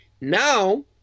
Now